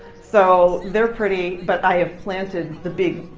so they are pretty, but i have planted the big,